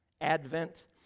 Advent